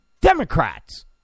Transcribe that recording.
Democrats